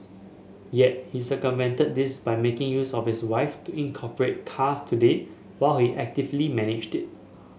yet he circumvented this by making use of his wife to incorporate Cars Today while he actively managed it